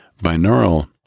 binaural